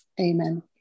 amen